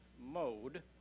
mode